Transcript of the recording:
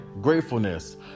gratefulness